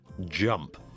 Jump